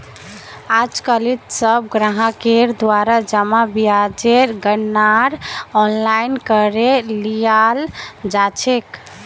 आजकालित सब ग्राहकेर द्वारा जमा ब्याजेर गणनार आनलाइन करे लियाल जा छेक